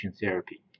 Therapy